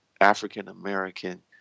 African-American